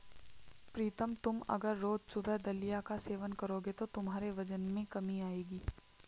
प्रीतम तुम अगर रोज सुबह दलिया का सेवन करोगे तो तुम्हारे वजन में कमी आएगी